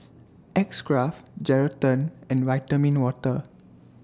X Craft Geraldton and Vitamin Water